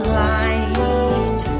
light